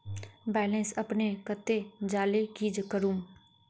Balance अपने कते जाले की करूम?